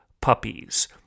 puppies